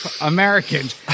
Americans